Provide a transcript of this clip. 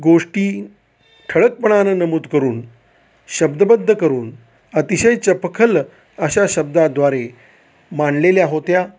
गोष्टी ठळकपणानं नमूद करून शब्दबद्ध करून अतिशय चपखल अशा शब्दाद्वारे मांडलेल्या होत्या